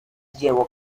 llevó